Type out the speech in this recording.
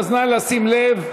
אז נא לשים לב,